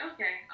Okay